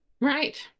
Right